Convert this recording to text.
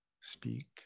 speak